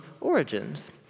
origins